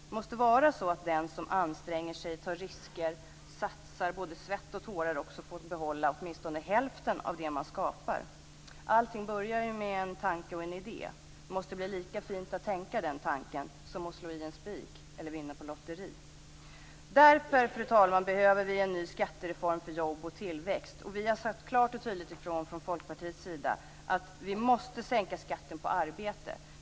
Det måste vara så att den som anstränger sig, tar risker och satsar både svett och tårar får behålla åtminstone hälften av det som skapas. Allting börjar ju med en tanke och en idé. Det måste bli lika fint att tänka den tanken som att slå i en spik eller vinna på lotteri. Därför, fru talman, behöver vi en ny skattereform för jobb och tillväxt. Vi i Folkpartiet har klart och tydligt sagt ifrån. Vi måste sänka skatten på arbete.